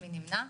מי נמנע?